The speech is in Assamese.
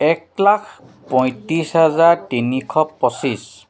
এক লাখ পঁয়ত্ৰিছ হাজাৰ তিনিশ পঁচিছ